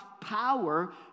power